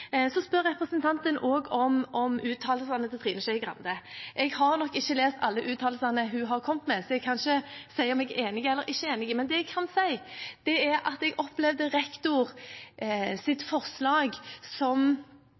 Så spør representanten om uttalelsene til Trine Skei Grande. Jeg har nok ikke lest alle uttalelsene hun har kommet med, så jeg kan ikke si om jeg er enig eller ikke, men det jeg kan si, er at jeg opplevde rektors forslag som